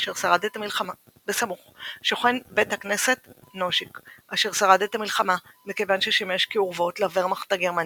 אשר שרד את המלחמה מכיוון ששימש כאורוות לוורמאכט הגרמני.